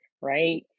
right